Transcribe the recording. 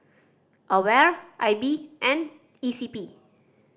AWARE I B and E C P